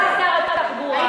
אתה שר התחבורה,